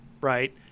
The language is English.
right